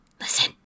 Listen